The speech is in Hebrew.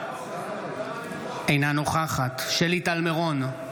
אינה נוכחת שלי טל מירון,